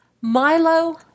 Milo